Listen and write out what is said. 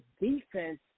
defense